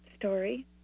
story